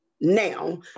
now